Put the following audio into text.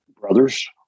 brothers